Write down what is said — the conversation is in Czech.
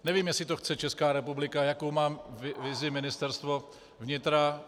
Nevím, jestli to chce Česká republika, jakou má vizi Ministerstvo vnitra.